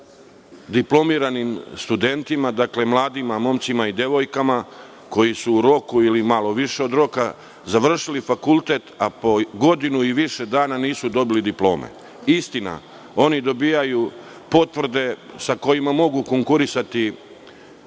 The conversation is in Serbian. diplomiranim studentima koji su u roku ili malo više od roka završili fakultet, a po godinu i više dana nisu dobili diplome? Istina, oni dobijaju potvrde sa kojima mogu konkurisati